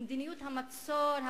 ומדיניות המצור,